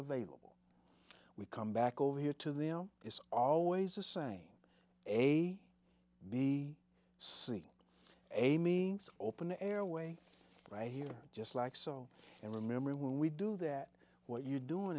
available we come back over here to them it's always the same a b c a means open the airway right here just like so and remember when we do that what you doing